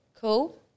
Cool